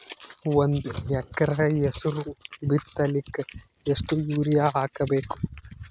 ಒಂದ್ ಎಕರ ಹೆಸರು ಬಿತ್ತಲಿಕ ಎಷ್ಟು ಯೂರಿಯ ಹಾಕಬೇಕು?